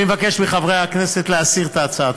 אני מבקש מחברי הכנסת להסיר את ההצעה.